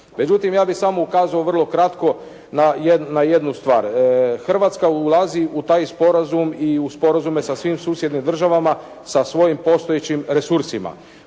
Međutim ja bih samo ukazao vrlo kratko na jednu stvar. Hrvatska ulazi u taj sporazum i u sporazume sa svim susjednim državama sa svojim postojećim resursima.